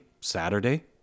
Saturday